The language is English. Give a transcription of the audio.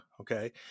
okay